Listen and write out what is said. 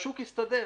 והשוק הסתדר.